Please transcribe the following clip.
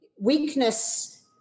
weakness